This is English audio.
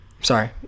Sorry